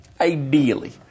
ideally